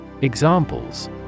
Examples